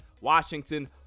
Washington